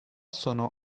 sono